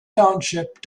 township